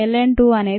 5 ln 2 0